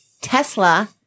Tesla